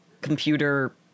computer